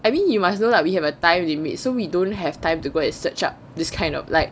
I mean you must know lah we have a time limit so we don't have time to go and search up this kind of like